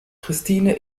christine